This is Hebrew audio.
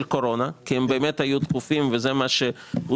קורונה כי הם באמת היו דחופים וזה מה שהוסבר.